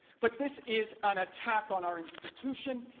but this is an attack on our institution,